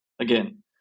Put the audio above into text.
Again